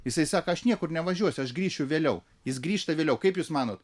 jisai sako aš niekur nevažiuosiu aš grįšiu vėliau jis grįžta vėliau kaip jūs manot